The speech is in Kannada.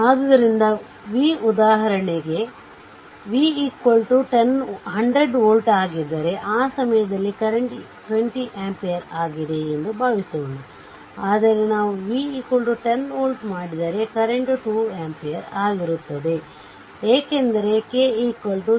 ಆದ್ದರಿಂದ v ಉದಾಹರಣೆಗೆ v 100 ವೋಲ್ಟ್ ಆಗಿದ್ದರೆ ಆ ಸಮಯದಲ್ಲಿ ಕರೆಂಟ್ 20 ಆಂಪಿಯರ್ ಆಗಿದೆ ಎಂದು ಭಾವಿಸೋಣ ಆದರೆ ನಾವು v 10 ವೋಲ್ಟ್ ಮಾಡಿದರೆ ಕರೆಂಟ್ 2 ಆಂಪಿಯರ್ ಆಗಿರುತ್ತದೆ ಏಕೆಂದರೆ k 0